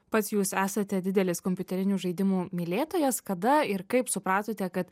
pats jūs esate didelis kompiuterinių žaidimų mylėtojas kada ir kaip supratote kad